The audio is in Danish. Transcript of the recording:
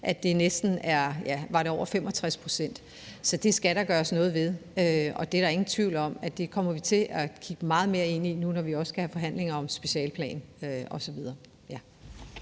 at det næsten er, ja, var det over 65 pct.? Så det skal der gøres noget ved, og det er der ingen tvivl om at vi kommer til at kigge meget mere ind i, når nu vi også skal have forhandlinger om en specialeplan osv. Kl.